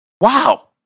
Wow